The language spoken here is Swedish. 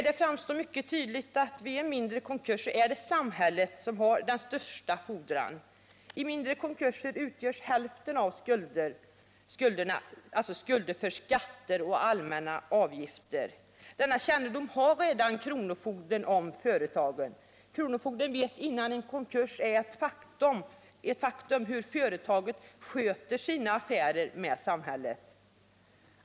Det framstår med full tydlighet att vid en mindre konkurs är det samhället som har den största fordran — hälften av skulderna är skulder för skatter och allmänna avgifter. Denna kännedom om företagen har kronofogden redan. Kronofogden vet innan en konkurs är ett faktum hur företagen sköter sina affärer med samhället.